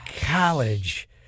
college